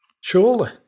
surely